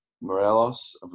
Morelos